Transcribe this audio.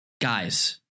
Guys